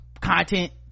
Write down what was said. content